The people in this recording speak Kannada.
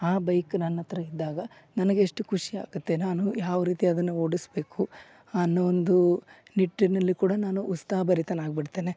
ಆ ಬೈಕ್ ನನ್ನ ಹತ್ತಿರ ಇದ್ದಾಗ ನನಗೆ ಎಷ್ಟು ಖುಷಿಯಾಗುತ್ತೆ ನಾನು ಯಾವ ರೀತಿ ಅದನ್ನ ಓಡಿಸಬೇಕು ಅನ್ನೋ ಒಂದು ನಿಟ್ಟಿನಲ್ಲಿ ಕೂಡ ನಾನು ಉತ್ಸಾಹಭರಿತನಾಗ್ಬಿಡ್ತೇನೆ